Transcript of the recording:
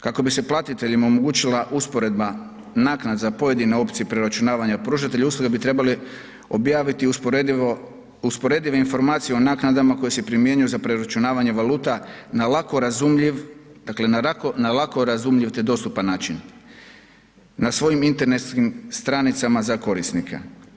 Kako bi se platiteljima omogućila usporedba naknade za pojedine opcije preračunavanja pružatelji usluga bi trebali objaviti usporedive informacije o naknadama koje se primjenjuju za preračunavanje valuta na lako razumljiv, dakle na lako razumljiv te dostupan način na svojim internetskim stranicama za korisnike.